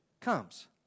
comes